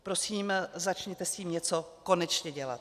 Prosím, začněte s tím něco konečně dělat.